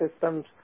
systems